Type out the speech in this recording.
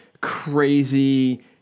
crazy